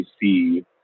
see